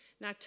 Now